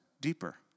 deeper